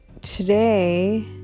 today